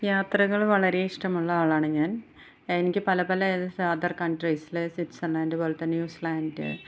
യാത്രകൾ വളരെ ഇഷ്ടമുള്ള ആളാണ് ഞാന് എനിക്ക് പല പല സ് അദര് കണ്ട്രീസിൽ സ്വിറ്റ്സെര്ലാന്റ് പോലെ തന്നെ ന്യൂ സീലാന്റ്